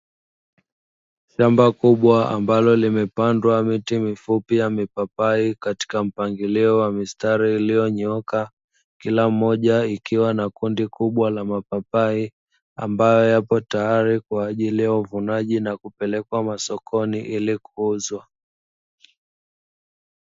Shamba kubwa ambalo limepandwa miti mifupi yamipapai katika mpangilio wa mistari iliyonyooka, kila mmoja ikiwa na kundi kubwa la mapapai ambayo yapo tayari kwa ajili ya uvunaji na kupelekwa masokoni ili kuuzwa.